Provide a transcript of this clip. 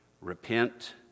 repent